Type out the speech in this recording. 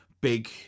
big